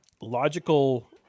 logical